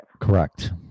Correct